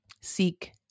seek